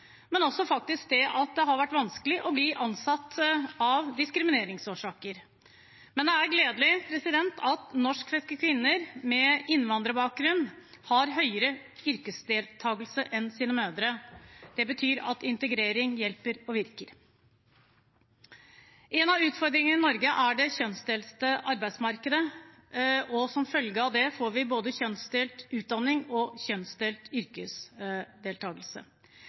men også at det faktisk av diskrimineringsårsaker har vært vanskelig å bli ansatt. Det er gledelig at norskfødte kvinner med innvandrerbakgrunn har høyere yrkesdeltakelse enn sine mødre. Det betyr at integrering hjelper og virker. En av utfordringene i Norge er det kjønnsdelte arbeidsmarkedet. Som følge av det får vi både kjønnsdelt utdanning og kjønnsdelt yrkesdeltakelse.